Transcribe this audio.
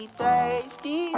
thirsty